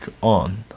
on